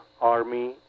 army